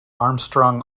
armstrong